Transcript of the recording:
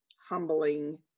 humbling